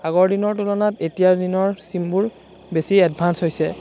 আগৰ দিনৰ তুলনাত এতিয়াৰ দিনৰ চিমবোৰ বেছি এডভান্স হৈছে